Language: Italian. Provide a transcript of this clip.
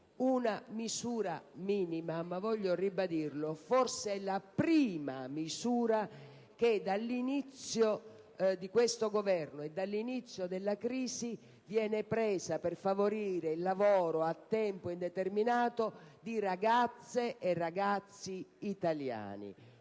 Una misura minima, ma - voglio ribadirlo - forse la prima che dall'inizio di questo Governo e dall'inizio della crisi verrebbe assunta per favorire il lavoro a tempo indeterminato di ragazze e ragazzi italiani.